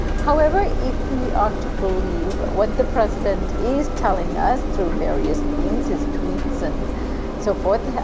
however, if we are to believe what the president is telling us through various means, his tweets and so forth,